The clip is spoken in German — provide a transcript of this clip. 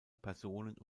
personen